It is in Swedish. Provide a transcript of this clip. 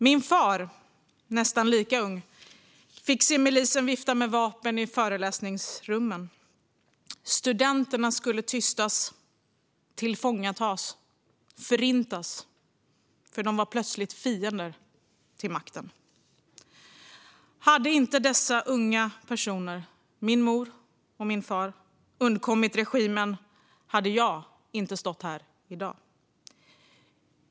Min far, nästan lika ung, fick se milisen vifta med vapen i föreläsningsrummen. Studenterna skulle tystas, tillfångatas och förintas, för de var plötsligt fiender till makten. Om dessa unga personer - min mor och min far - inte hade undkommit regimen hade jag inte stått här i dag.